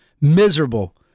miserable